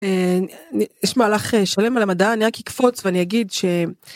נשמע לך לשלם על המדע? אני רק אקפוץ ואני אגיד.